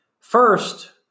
first